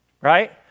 right